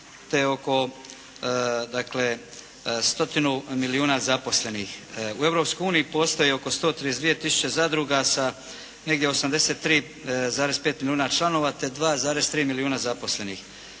te oko stotinu milijuna zaposlenih. U Europskoj uniji postoji oko 132 tisuće zadruga sa negdje 83,5 milijuna članova te 2,3 milijuna zaposlenih